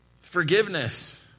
Forgiveness